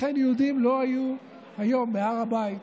לכן יהודים לא היו היום בהר הבית,